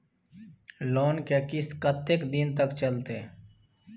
Loan के किस्त कत्ते दिन तक चलते?